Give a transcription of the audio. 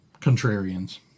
contrarians